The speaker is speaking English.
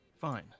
fine